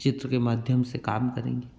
चित्र के माध्यम से काम करेंगे